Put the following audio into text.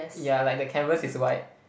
yeah like the canvas is white